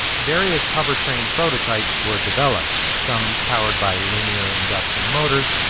various hovertrain prototypes were developed, some powered by linear induction motors,